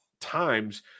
times